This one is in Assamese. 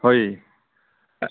হয়